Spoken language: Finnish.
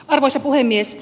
arvoisa puhemies